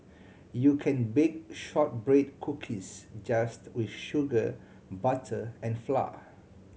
you can bake shortbread cookies just with sugar butter and flour